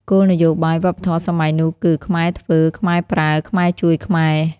គោលនយោបាយវប្បធម៌សម័យនោះគឺ "ខ្មែរធ្វើ ខ្មែរប្រើ ខ្មែរជួយខ្មែរ"។